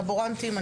לבורנטים.